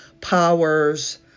powers